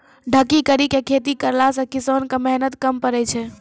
ढकी करी के खेती करला से किसान के मेहनत कम पड़ै छै